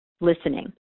listening